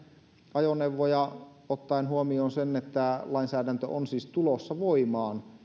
ajoneuvoja ottaen huomioon sen että lainsäädäntö on siis tulossa voimaan